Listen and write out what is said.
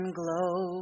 glow